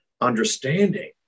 understanding